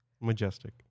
Majestic